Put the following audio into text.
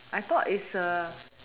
I thought it's a